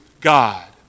God